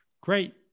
great